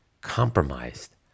compromised